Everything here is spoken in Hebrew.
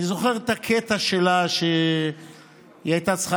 אני זוכר את הקטע שלה כשהיא הייתה צריכה